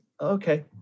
okay